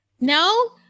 No